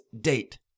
date